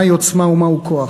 מהי עוצמה ומהו כוח.